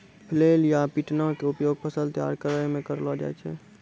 flail या पिटना के उपयोग फसल तैयार करै मॅ करलो जाय छै